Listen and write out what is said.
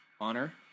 honor